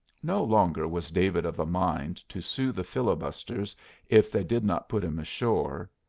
no longer was david of a mind to sue the filibusters if they did not put him ashore.